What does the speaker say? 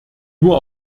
nur